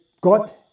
God